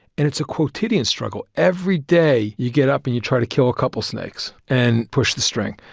and it's a quotidian struggle. every day, you get up and you try to kill a couple snakes. and push the string.